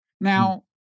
Now